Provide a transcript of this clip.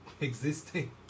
existing